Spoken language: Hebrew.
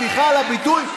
סליחה על הביטוי,